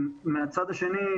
מהצד השני,